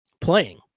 playing